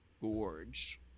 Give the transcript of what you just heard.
gorge